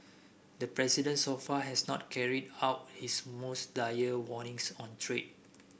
the president so far has not carried out his most dire warnings on trade